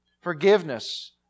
Forgiveness